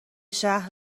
شهر